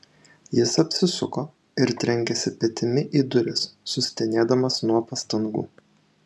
jis apsisuko ir trenkėsi petimi į duris sustenėdamas nuo pastangų